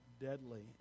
deadly